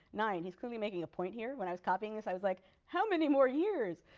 nine. he's clearly making a point here. when i was copying this i was like how many more years?